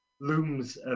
looms